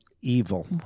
Evil